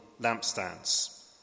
lampstands